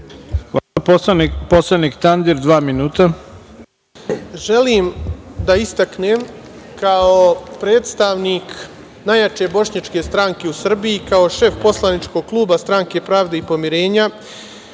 poslanik Tandir, dva minuta. **Samir Tandir** Želim da istaknem kao predstavnik najjače bošnjačke stranke u Srbiji, kao šef poslaničkog kluba Stranke pravde i pomirenja,